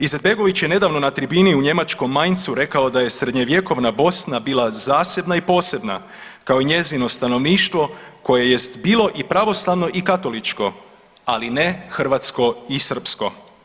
Izetbegović je nedavno na tribini u njemačkom Mainzu rekao da je srednjovjekovna Bosna bila zasebna i posebna, kao njezino stanovništvo koje jest bilo i pravoslavno i katoličko, ali ne hrvatsko i srpsko.